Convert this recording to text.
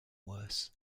worse